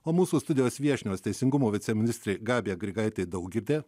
o mūsų studijos viešnios teisingumo viceministrė gabija grigaitė daugirdė